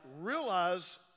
realize